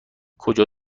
کجا